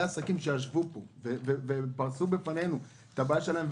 עסקים שישבו פה ופרסו בפנינו את הבעיה שלהם,